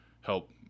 help